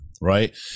right